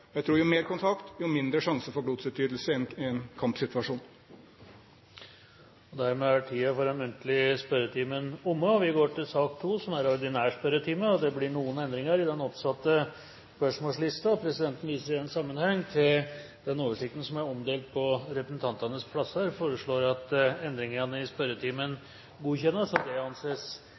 Jeg tror jo mer kontakt, jo mindre sjanse for blodsutgytelse i en kampsituasjon. Dermed er den muntlige spørretimen omme. Det er noen endringer i den oppsatte spørsmålslisten. Presidenten viser i den sammenheng til den oversikten som er omdelt på representantenes plasser i salen. De foreslåtte endringene i den ordinære spørretimen foreslås godkjent. – Det anses